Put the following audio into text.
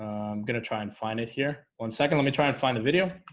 gonna try and find it here one second. let me try and find the video